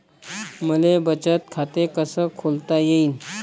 मले बचत खाते कसं खोलता येईन?